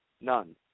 None